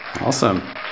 Awesome